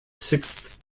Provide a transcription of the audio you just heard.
sixth